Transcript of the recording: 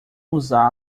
usá